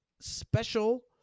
special